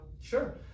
sure